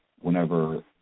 whenever